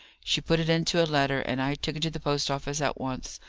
she put it into a letter, and i took it to the post-office at once.